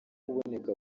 kuboneka